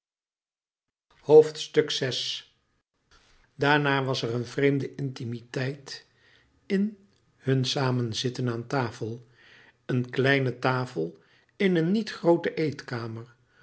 daarna was er een vreemde intimiteit in hun samenzitten aan tafel eene kleine tafel in een niet groote eetkamer